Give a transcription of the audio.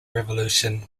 revolution